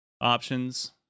options